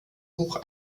hoch